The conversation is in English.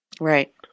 Right